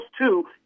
two